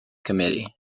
committee